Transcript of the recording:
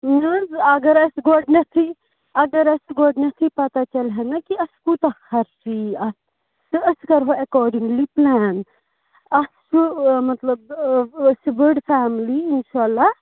اگر اَسہِ گۄڈٕنٮ۪تھٕے اگر اَسہِ گۄڈٕنٮ۪تھٕے پتہ چَلہِ ہا نہ کہ اَسہِ کوٗتاہ کرچی یی اَتھ تہٕ أسۍ کَرہَو ایٚکاڈِنٛگلی پٕلین اَتھ سُہ مطلب أسۍ چھِ بٔڑ فیملی اِنشاء اللہ